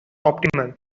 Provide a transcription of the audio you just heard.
optimal